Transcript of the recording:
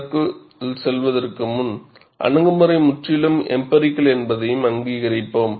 அதற்குள் செல்வதற்கு முன் அணுகுமுறை முற்றிலும் எம்பிரிக்கல் என்பதையும் அங்கீகரிப்போம்